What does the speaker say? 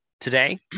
today